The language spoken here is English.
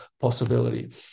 possibility